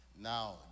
Now